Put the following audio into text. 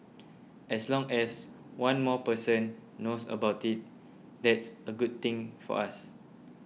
as long as one more person knows about it that's a good thing for us